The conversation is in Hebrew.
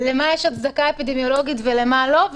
למה יש הצדקה אפידמיולוגית ולמה לא,